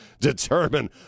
determine